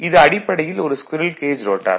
இது அடிப்படையில் ஒரு ஸ்குரீல் கேஜ் ரோட்டார்